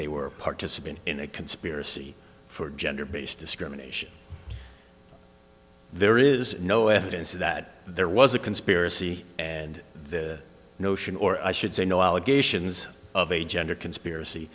they were a participant in a conspiracy for gender based discrimination there is no evidence that there was a conspiracy and the notion or i should say no allegations of a gender conspiracy